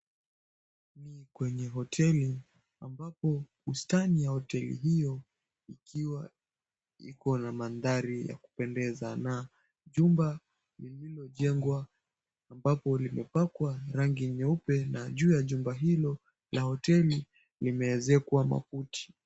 Kwenye hoteli ambapo bustani ya hoteli hiyo ikiwa iko na mandhari ya kupendeza na jumba lililojengwa ambapo limepakwa rangi nyeupe na juu ya jumba hilo la hoteli limeezekwa makuti.